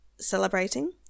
celebrating